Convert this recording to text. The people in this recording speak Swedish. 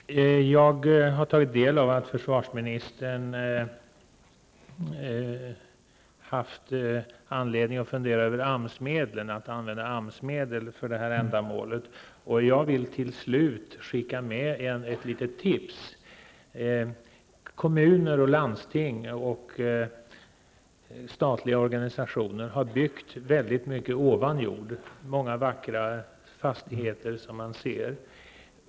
Fru talman! Jag har tagit del av att försvarsministern har haft anledning att fundera över att använda AMS-medel för det här ändamålet. Jag vill till slut skicka med ett litet tips. Kommuner, landsting och statliga organisationer har byggt mycket ovan jord. Man kan se många vackra fastigheter.